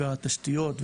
התשתיות,